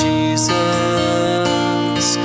Jesus